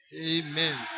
Amen